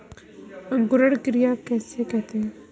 अंकुरण क्रिया किसे कहते हैं?